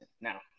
now